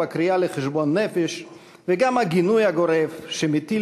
הקריאה לחשבון נפש וגם הגינוי הגורף שמטיל